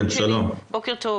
שלום.